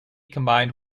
combined